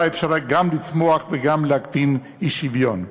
אפשר גם לצמוח וגם להקטין אי-שוויון.